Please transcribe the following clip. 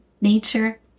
nature